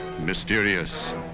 mysterious